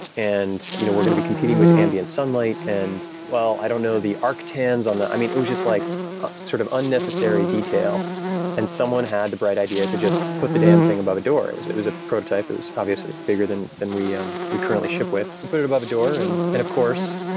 and you know we're going to be competing with ambient sunlight. and well, i don't know the arctans on the i mean, it was just like sort of unnecessary detail and someone had the bright idea to just put the damn thing above a door. it was it was a prototype. it was obviously bigger than than we um we currently ship with. put it above a door and, and of course,